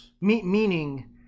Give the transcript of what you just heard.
Meaning